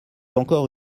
encore